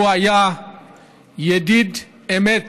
הוא היה ידיד אמת